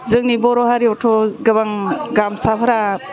जोंनि बर' हारियावथ' गोबां गामसाफ्रा